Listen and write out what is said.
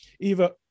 Eva